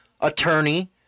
attorney